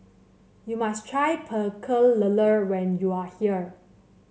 you must try Pecel Lele when you are here